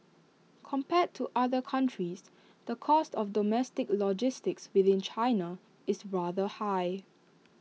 compared to other countries the cost of domestic logistics within China is rather high